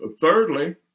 thirdly